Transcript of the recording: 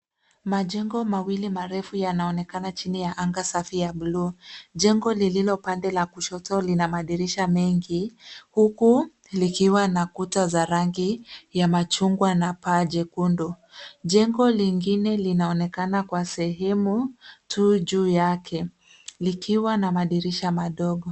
Majengo mawili marefu yanaonekana chini ya anga safi ya blue . Jengo lililo pande la kushoto lina madirisha mengi, huku likiwa na kuta za rangi ya machungwa na paa jekundu. Jengo lingine linaonekana kwa sehemu tu juu yake, likiwa na madirisha madogo.